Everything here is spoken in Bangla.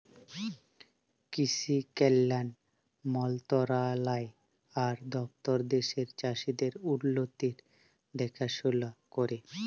কিসি কল্যাল মলতরালায় আর দপ্তর দ্যাশের চাষীদের উল্লতির দেখাশোলা ক্যরে